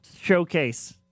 showcase –